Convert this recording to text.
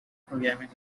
programming